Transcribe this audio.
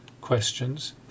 questions